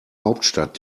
hauptstadt